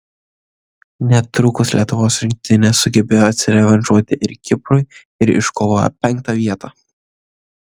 netrukus lietuvos rinktinė sugebėjo atsirevanšuoti ir kiprui ir iškovojo penktą vietą